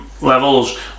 levels